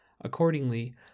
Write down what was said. Accordingly